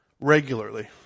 regularly